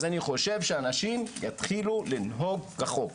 אז אני חושב שאנשים יתחילו לנהוג כחוק.